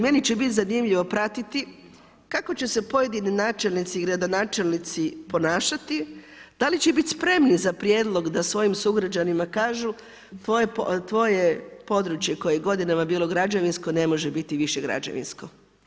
Meni će biti zanimljivo pratiti kako će se pojedini načelnici i gradonačelnici ponašati, da li će biti spremni za prijedlog da svojim sugrađanima kažu, tvoje područje koje godinama bilo građevinsko ne može biti više građevinsko.